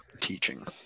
teaching